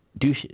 douches